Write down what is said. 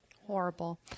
Horrible